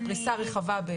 בפריסה רחבה ביותר.